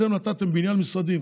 אתם נתתם בניין משרדים,